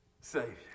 Savior